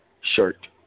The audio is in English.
shirt